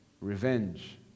revenge